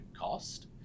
cost